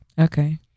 Okay